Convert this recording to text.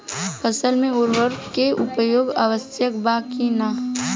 फसल में उर्वरक के उपयोग आवश्यक बा कि न?